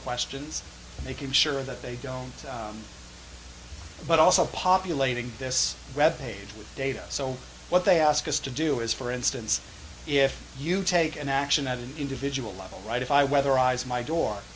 questions and making sure that they don't but also populating this red page with data so what they ask us to do is for instance if you take an action at an individual level right if i weatherized my door